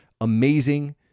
amazing